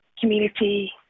community